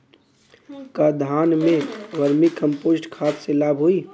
का धान में वर्मी कंपोस्ट खाद से लाभ होई?